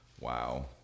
Wow